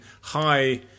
high